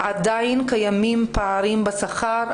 עדיין קיימים פערים בשכר,